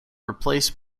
replaced